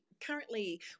currently